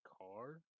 car